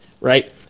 right